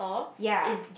ya